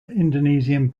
indonesian